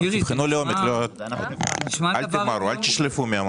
תבחנו לעומק, אל תמהרו, אל תשלפו מהמותן.